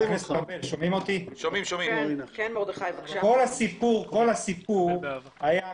כל הסיפור היה,